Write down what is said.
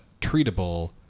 treatable